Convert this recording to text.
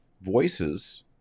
voices